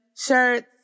shirts